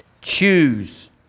Choose